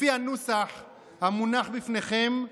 לפי הנוסח המונח בפניכם,